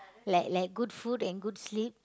like like good food and good sleep